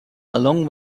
along